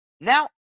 Now